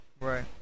Right